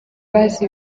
bazi